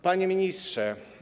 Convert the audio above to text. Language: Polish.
Panie Ministrze!